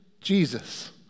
Jesus